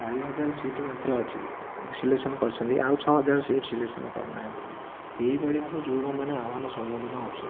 ଚାରିହଜାର ସିଟ୍ ମାତ୍ର ଅଛି ସିଲେକ୍ସନ୍ କରିଛନ୍ତି ଆଉ ଛଅହଜାର ସିଟ୍ ସିଲେକ୍ସନ୍ କରିନାହାନ୍ତି ଏହିଭଳି ଭାବେ ଯୁବକମାନେ ଆହ୍ୱାନ ସମ୍ମୁଖୀନ ହେଉଛନ୍ତି